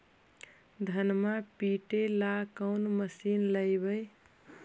धनमा पिटेला कौन मशीन लैबै?